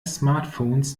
smartphones